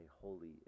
holy